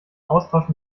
austausch